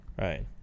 Right